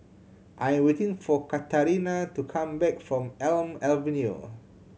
I am waiting for Katarina to come back from Elm Avenue